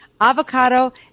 avocado